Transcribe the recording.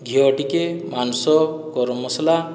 ଘିଅ ଟିକେ ମାଂସ ଗରମ ମସଲା